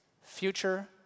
future